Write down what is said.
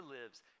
lives